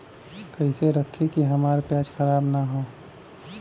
कइसे रखी कि हमार प्याज खराब न हो?